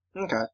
Okay